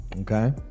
okay